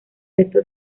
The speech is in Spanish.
resto